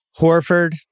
Horford